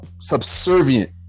subservient